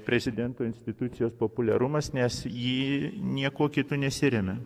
prezidento institucijos populiarumas nes ji niekuo kitu nesiremia